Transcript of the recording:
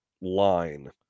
line